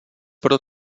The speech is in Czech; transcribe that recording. pro